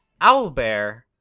owlbear